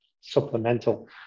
supplemental